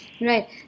Right